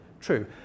true